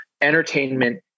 entertainment